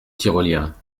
tyroliens